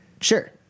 Sure